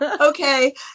Okay